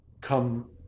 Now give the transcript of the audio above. come